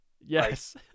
Yes